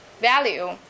value